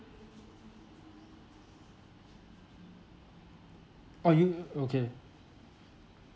oh you okay